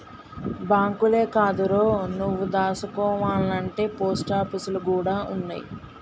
బాంకులే కాదురో, నువ్వు దాసుకోవాల్నంటే పోస్టాపీసులు గూడ ఉన్నయ్